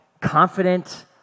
confident